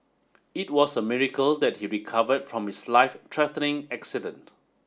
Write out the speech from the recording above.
it was a miracle that he recovered from his life threatening accident